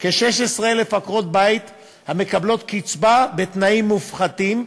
כ-16,000 עקרות-בית המקבלות קצבה בתנאים מופחתים,